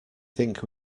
think